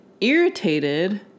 irritated